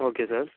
okay sir